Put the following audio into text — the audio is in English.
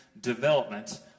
development